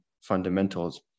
fundamentals